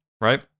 right